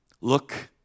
Look